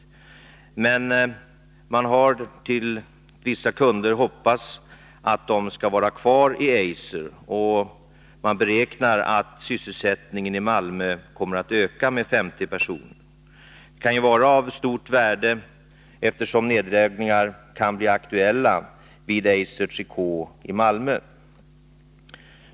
Men man har till vissa kunder uttryckt förhoppningen att de skall vara kvar i Eiser, och man beräknar att sysselsättningen i Malmö kommer att öka med 50 personer. Det kan vara av stort värde, eftersom nedläggningar kan bli aktuella vid Eisers Trikå i Malmö.